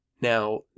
Now